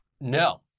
No